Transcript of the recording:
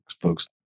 folks